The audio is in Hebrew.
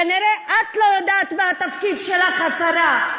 כנראה את לא יודעת מה התפקיד שלך, השרה.